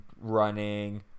running